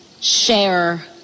share